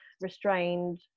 restrained